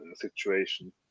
situation